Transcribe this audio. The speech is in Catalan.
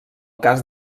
cas